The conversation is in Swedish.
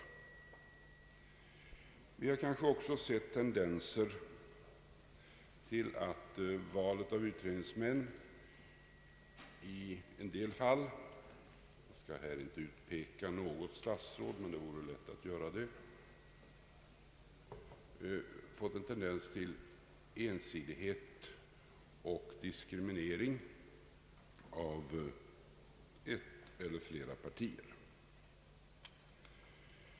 Vi har kanske också sett att det vid valet av utredningsmän i en del fall — jag skall här inte utpeka något statsråd, men det vore lätt att göra detta — förekommit tendenser till ensidighet och diskriminering mot ett eller flera partier.